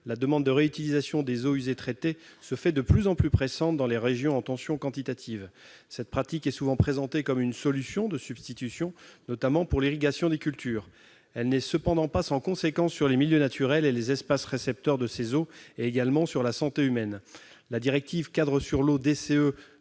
la demande de réutilisation des eaux usées traitées se fait de plus en plus pressante dans les régions en tension quantitative. Cette pratique est souvent présentée comme une solution de substitution, notamment pour l'irrigation des cultures. Elle n'est cependant pas sans conséquence sur les milieux naturels et les espaces récepteurs de ces eaux ainsi que sur la santé humaine. La directive-cadre sur l'eau de